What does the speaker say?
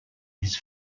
his